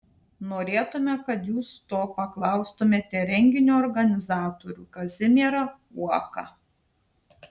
norėtumėme kad jūs to paklaustumėte renginio organizatorių kazimierą uoką